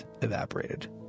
evaporated